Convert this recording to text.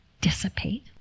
dissipate